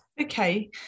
okay